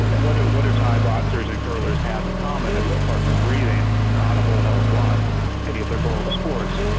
what what do thai boxers and curlers have in common apart from breathing? not a whole hell of a lot and yet they're both sports.